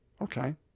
Okay